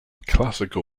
classical